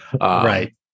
Right